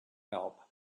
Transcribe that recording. help